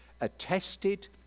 attested